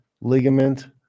ligament